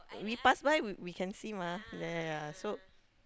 we pass by we can see mah yeah yeah yeah